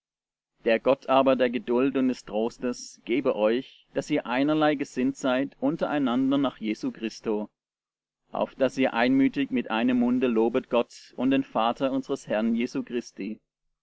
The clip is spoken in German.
der gott aber der geduld und des trostes gebe euch daß ihr einerlei gesinnt seid untereinander nach jesu christo auf daß ihr einmütig mit einem munde lobet gott und den vater unseres herrn jesu christi